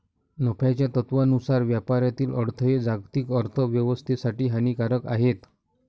नफ्याच्या तत्त्वानुसार व्यापारातील अडथळे जागतिक अर्थ व्यवस्थेसाठी हानिकारक आहेत